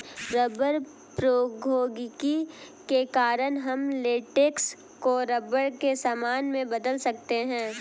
rubber प्रौद्योगिकी के कारण हम लेटेक्स को रबर के सामान में बदल सकते हैं